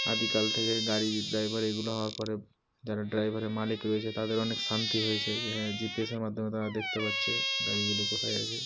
আদিকাল থেকে গাড়ির ড্রাইভার এগুলো হওয়ার পরে যারা ড্রাইভারে মালিক রয়েছে তাদের অনেক শান্তি হয়েছে যে হ্যাঁ জি পি এসের মাধ্যমে তারা দেখতে পাচ্ছে গাড়িগুলো কোথায় আছে